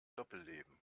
doppelleben